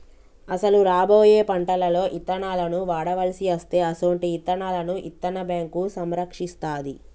అసలు రాబోయే పంటలలో ఇత్తనాలను వాడవలసి అస్తే అసొంటి ఇత్తనాలను ఇత్తన్న బేంకు సంరక్షిస్తాది